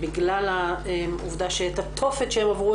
בגלל העובדה שאת התופת שהן עברו,